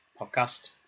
podcast